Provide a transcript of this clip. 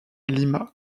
lima